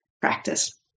practice